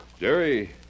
Jerry